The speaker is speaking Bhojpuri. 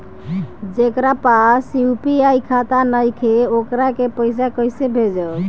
जेकरा पास यू.पी.आई खाता नाईखे वोकरा के पईसा कईसे भेजब?